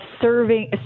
serving